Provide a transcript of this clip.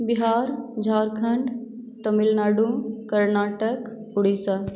Bihar Jharkhand Tamil Nadu Karnataka Odisha